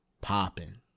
popping